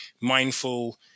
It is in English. mindful